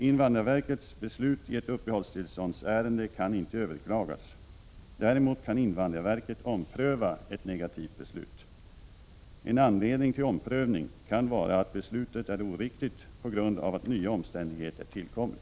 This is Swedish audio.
Invandrarverkets beslut i ett uppehållstillståndsärende kan inte överklagas. Däremot kan invandrarverket ompröva ett negativt beslut. En anledning till omprövning kan vara att beslutet är oriktigt på grund av att nya omständigheter tillkommit.